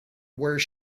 where